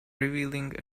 revealing